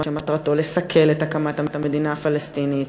שמטרתו לסכל את הקמת המדינה הפלסטינית,